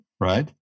right